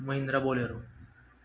Mahindra bolero